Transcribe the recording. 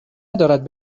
ندارد